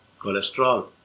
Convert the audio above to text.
cholesterol